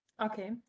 Okay